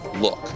look